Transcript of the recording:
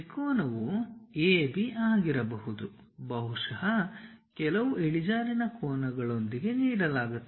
ತ್ರಿಕೋನವು AB ಆಗಿರಬಹುದು ಬಹುಶಃ ಕೆಲವು ಇಳಿಜಾರಿನ ಕೋನಗಳೊಂದಿಗೆ ನೀಡಲಾಗುತ್ತದೆ